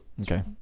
Okay